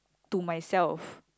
to myself